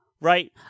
right